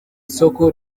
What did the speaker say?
soko